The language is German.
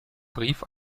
brief